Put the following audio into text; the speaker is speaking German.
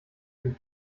dem